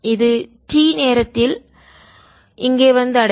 இது t நேரத்தில் இங்கே வந்து அடையும்